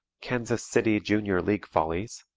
kansas city junior league follies,